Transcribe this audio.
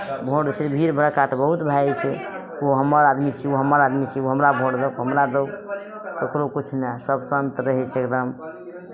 vote दै छियै भीड़ भड़क्का तऽ बहुत भए जाइ छै ओ हमर आदमी छियै ओ हमर आदमी छियै ओ हमरा भोट दहक ओ हमरा दहौ ककरो किछु नहि सभ शान्त रहै छै एकदम